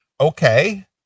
okay